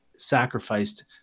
sacrificed